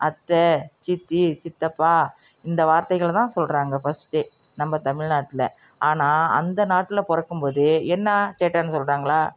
அத்தை சித்தி சித்தப்பா இந்த வார்த்தைகளைதான் சொல்லுறாங்க ஃபஸ்ட் டே நம்ப தமிழ்நாட்டில் ஆனால் அந்த நாட்டில் பிறக்கும்போதே என்ன சேட்டனு சொல்லுறாங்களா